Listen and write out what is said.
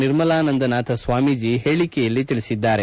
ನಿರ್ಮಲಾನಂದ ನಾಥ ಸ್ವಾಮೀಜಿ ಹೇಳಿಕೆಯಲ್ಲಿ ತಿಳಿಸಿದ್ದಾರೆ